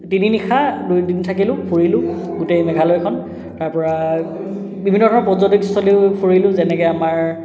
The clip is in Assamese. তিনি নিশা দুদিন থাকিলোঁ ফুৰিলোঁ গোটেই মেঘালয়খন তাৰ পৰা বিভিন্ন ধৰণৰ পৰ্য্যটকস্থলী ফুৰিলোঁ যেনেকৈ আমাৰ